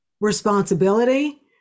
responsibility